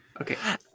Okay